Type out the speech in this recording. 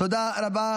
תודה רבה.